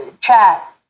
chat